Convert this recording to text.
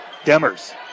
Demers